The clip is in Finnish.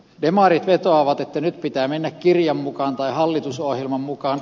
demarit vetoavat että nyt pitää mennä kirjan mukaan tai hallitusohjelman mukaan